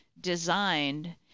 designed